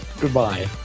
Goodbye